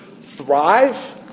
thrive